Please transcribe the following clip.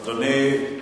אדוני,